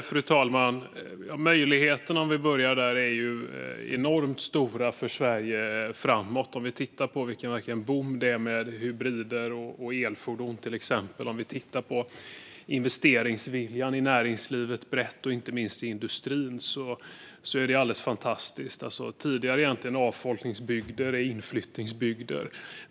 Fru talman! Möjligheterna, om vi börjar med dem, är ju enormt stora för Sverige framåt. Vi kan till exempel titta på vilken boom det verkligen är för hybrider och elfordon. Om vi tittar på investeringsviljan i näringslivet brett och inte minst i industrin är det alldeles fantastiskt. Tidigare avfolkningsbygder är inflyttningsbygder.